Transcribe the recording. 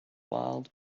wild